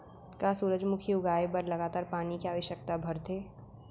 का सूरजमुखी उगाए बर लगातार पानी के आवश्यकता भरथे?